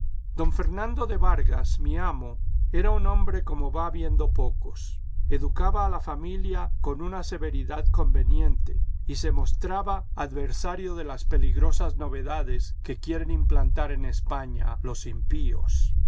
don fernando de vargas mi amo era un hombre como va habiendo pocos educaba a la familia con una severidad conveniente y se mostraba adversario de las peligrosas novedades que quieren implantar en españa los impíos